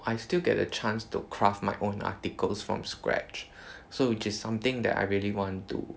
I still get the chance to craft my own articles from scratch so which is something I really want to